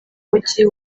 mujyi